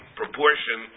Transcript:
proportion